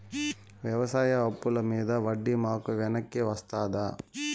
వ్యవసాయ అప్పుల మీద వడ్డీ మాకు వెనక్కి వస్తదా?